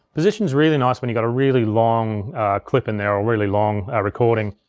position's really nice when you got a really long clip in there, or really long ah recording.